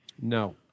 No